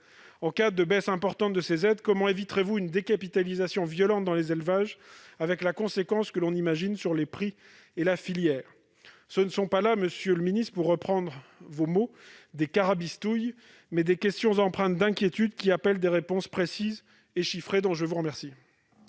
En cas de baisse importante de ces aides, comment éviterez-vous une décapitalisation violente dans les élevages, avec les conséquences que l'on imagine sur les prix et la filière ? Ce ne sont pas là, monsieur le ministre, des « carabistouilles », pour reprendre votre expression, mais des questions empreintes d'inquiétude, qui appellent des réponses précises et chiffrées. La parole est à M.